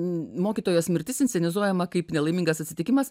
mokytojos mirtis inscenizuojama kaip nelaimingas atsitikimas